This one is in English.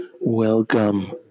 welcome